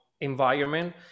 environment